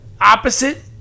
opposite